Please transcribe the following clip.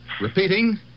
Repeating